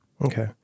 okay